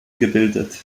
gebildet